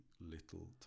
little